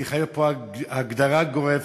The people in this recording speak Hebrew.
צריכה להיות פה הגדרה גורפת,